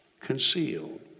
concealed